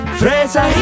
Fresa